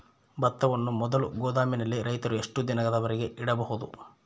ಭತ್ತವನ್ನು ಮೊದಲು ಗೋದಾಮಿನಲ್ಲಿ ರೈತರು ಎಷ್ಟು ದಿನದವರೆಗೆ ಇಡಬಹುದು?